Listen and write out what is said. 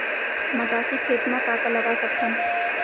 मटासी खेत म का का लगा सकथन?